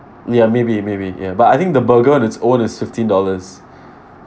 ya maybe maybe ya but I think the burger on its own is fifteen dollars